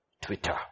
Twitter